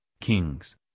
kings